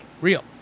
Real